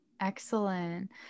Excellent